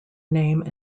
name